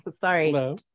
sorry